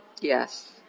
Yes